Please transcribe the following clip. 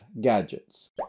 gadgets